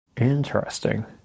Interesting